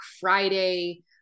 Friday